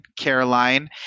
Caroline